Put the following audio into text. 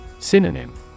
Synonym